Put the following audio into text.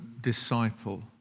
disciple